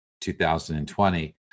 2020